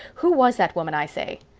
who was that woman, i say?